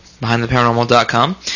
BehindTheParanormal.com